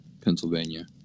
Pennsylvania